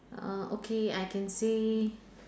uh okay I can say